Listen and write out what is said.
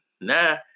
Nah